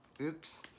Oops